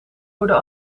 worden